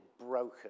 broken